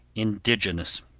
indigenous.